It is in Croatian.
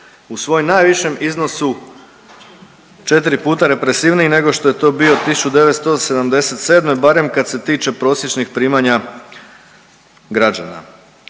u svom najvišem iznosu 4 puta represivniji nego što je to bio 1977., barem kad se tiče prosječnih primanja građana.